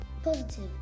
positive